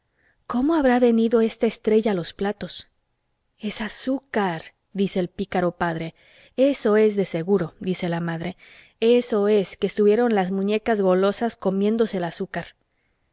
cómo habrá venido esta estrella a los platos es azúcar dice el pícaro padre eso es de seguro dice la madre eso es que estuvieron las muñecas golosas comiéndose el azúcar